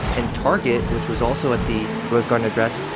and target, which was also at the rose garden address,